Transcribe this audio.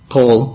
Paul